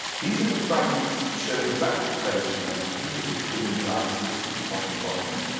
these are the fragments that show the back plates of the mechanism with the twin dial system, top and bottom.